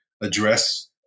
address